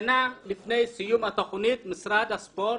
שנה לפני סיום התכנית, משרד הספורט,